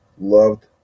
loved